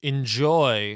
Enjoy